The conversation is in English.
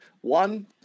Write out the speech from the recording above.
One